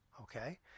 Okay